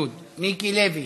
מיש מווג'וד, מיקי לוי,